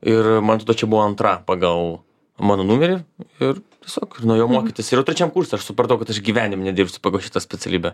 ir man tada čia buvo antra pagal mano numerį ir tiesiog ir nuėjau mokytis ir jau trečiam kurse aš supratau kad aš gyvenime nedirbsiu pagal šitą specialybę